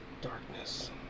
darkness